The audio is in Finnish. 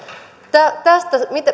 tästä